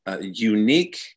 unique